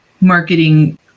marketing